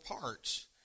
parts